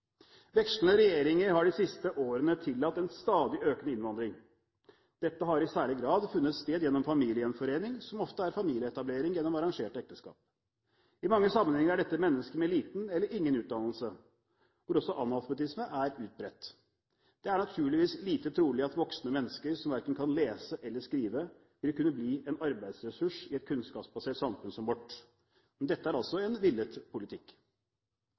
regjeringer har de siste årene tillatt en stadig økende innvandring. Dette har i særlig grad funnet sted gjennom familiegjenforening, som ofte er familieetablering gjennom arrangerte ekteskap. I mange sammenhenger er dette mennesker med liten eller ingen utdannelse, hvor også analfabetisme er utbredt. Det er naturligvis lite trolig at voksne mennesker som verken kan lese eller skrive, vil kunne bli en arbeidsressurs i et kunnskapsbasert samfunn som vårt. Dette er altså en villet politikk.